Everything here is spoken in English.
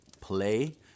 play